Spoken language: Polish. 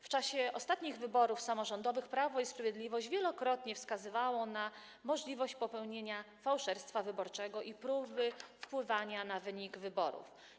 W czasie ostatnich wyborów samorządowych Prawo i Sprawiedliwość wielokrotnie wskazywało na możliwość popełnienia fałszerstwa wyborczego i próby wpływania na wynik wyborów.